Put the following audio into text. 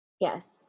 Yes